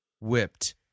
whipped